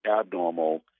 abnormal